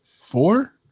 four